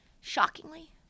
Shockingly